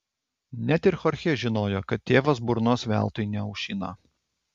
net ir chorchė žinojo kad tėvas burnos veltui neaušina